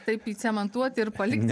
taip įcementuoti ir palikti